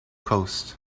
coast